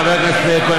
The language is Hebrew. חבר הכנסת מאיר כהן,